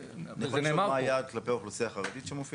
רשום שם מה היעד לגבי אוכלוסייה חרדית.